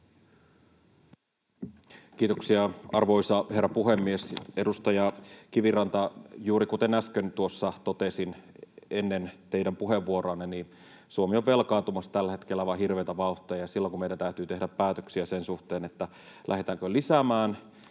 Kiitoksia, arvoisa herra puhemies! Edustaja Kiviranta, kuten äsken tuossa juuri totesin ennen teidän puheenvuoroanne, Suomi on velkaantumassa tällä hetkellä aivan hirveätä vauhtia, ja silloin kun meidän täytyy tehdä päätöksiä sen suhteen, lähdetäänkö lisäämään